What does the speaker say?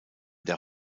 der